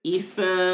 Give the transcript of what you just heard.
Issa